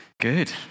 Good